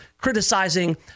criticizing